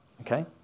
Okay